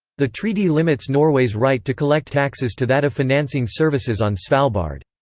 the treaty limits norway's right to collect taxes to that of financing services on svalbard.